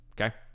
okay